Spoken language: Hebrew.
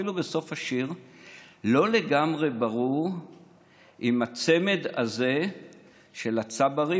אפילו בסוף השיר לא לגמרי ברור אם הצמד הזה של הצברים,